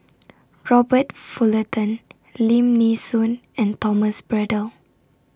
Robert Fullerton Lim Nee Soon and Thomas Braddell